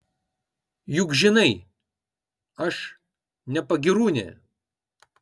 juk žinai aš ne pagyrūnė